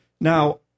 Now